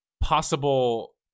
possible